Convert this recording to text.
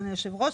אדוני היושב-ראש,